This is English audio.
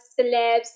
celebs